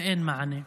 ואין מענה.